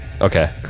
Okay